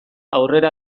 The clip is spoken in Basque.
aurrera